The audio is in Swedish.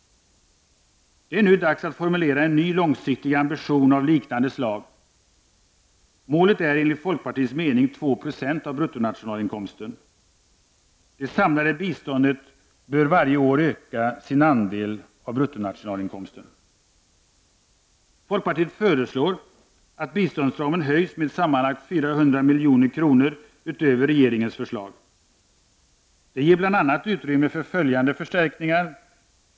Det är nu dags att formulera en ny långsiktig ambition av liknande slag. Målet är enligt folkpartiets mening 2 20 av bruttonationalinkomsten. Det samlade biståndet bör varje år öka sin andel av bruttonationalinkomsten. Folkpartiet föreslår att biståndsramen höjs med sammanlagt 400 milj.kr. utöver regeringens förslag. Det skulle bl.a. ge utrymme för följande förstärkningar.